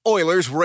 Oilers